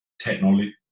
technology